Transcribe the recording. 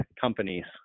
companies